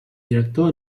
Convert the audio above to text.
director